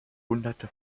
hunderte